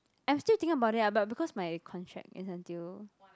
I'm still thinking about it ah but because my contract is until